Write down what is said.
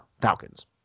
Falcons